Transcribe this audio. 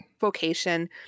vocation